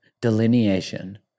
delineation